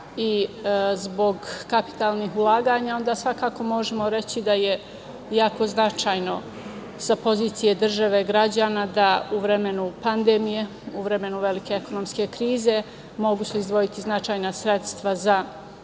i zbog kapitalnih ulaganja, onda svakako možemo reći da je jako značajno sa pozicije države, građana da u vremenu pandemije, u vremenu velike ekonomske krize mogu izdvojiti značajna sredstva za kapitalne